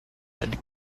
head